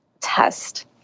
test